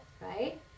right